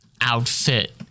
outfit